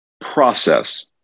process